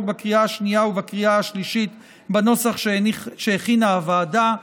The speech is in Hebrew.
בקריאה השנייה ובקריאה השלישית בנוסח שהכינה הוועדה.